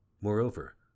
Moreover